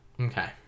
Okay